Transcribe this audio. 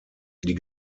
die